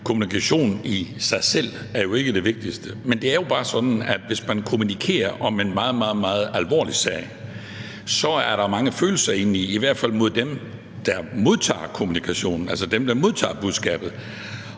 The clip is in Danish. kommunikation i sig selv jo ikke er det vigtigste. Men det er jo bare sådan, at hvis man kommunikerer om en meget alvorlig sag, er der mange følelser involveret, i hvert fald hos dem, der modtager kommunikationen, altså dem, der modtager budskabet.